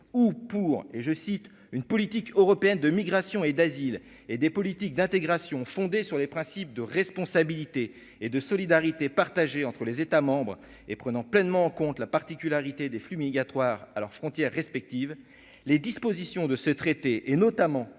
ou pour et je cite une politique européenne de migration et d'asile et des politiques d'intégration fondée sur les principes de responsabilité et de solidarité partagée entre les États et prenant pleinement en compte la particularité des flux migratoires alors frontières respectives, les dispositions de ce traité et notamment